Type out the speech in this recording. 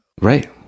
right